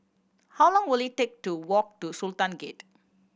how long will it take to walk to Sultan Gate